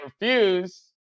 refuse